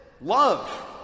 Love